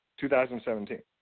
2017